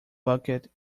bucket